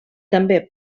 també